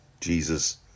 Jesus